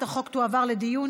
חבר הכנסת איתן ברושי,